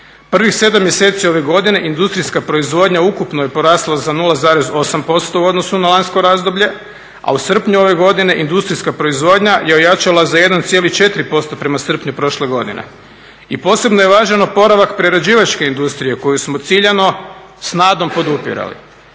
Prvih 7 mjeseci ove godine industrijska proizvodnja ukupno je porasla za 0,8% u odnosu na lanjsko razdoblje, a u srpnju ove godine industrijska proizvodnja je ojačala za 1,4% prema srpnju prošle godine. I posebno je važan oporavak prerađivačke industrije koju smo ciljano s nadom podupirali.